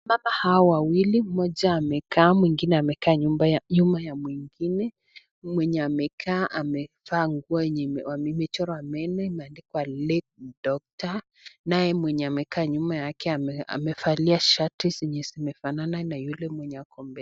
Baba hawa wawili mmoja amekaa mwingine amekaa nyuma ya mwingine , mwenye amekaa amevaa nguo yenye imechorwa mene imeandikwa (cs) Late Doctor (cs) naye mwenye amekaa nyuma yake amevalia shati zenye zimefanana na yule mwenye ako mbele.